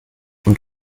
und